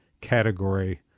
category